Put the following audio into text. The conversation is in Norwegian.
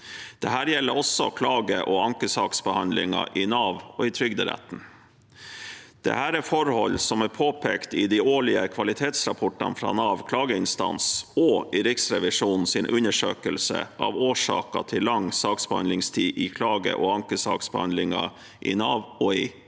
Dette gjelder også klage- og ankesaksbehandlingen i Nav og i Trygderetten. Dette er forhold som er påpekt i de årlige kvalitetsrapportene fra Nav klageinstans og i Riksrevisjonens undersøkelse av årsaker til lang saksbehandlingstid i klage- og ankesaksbehandlingen i Nav og Trygderetten.